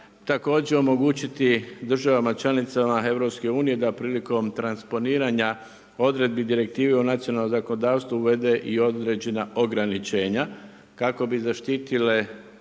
Također omogućiti državama članicama EU da prilikom transponiranja odredbi direktive u nacionalno zakonodavstvo uvede i određena ograničenja kako bi zaštitile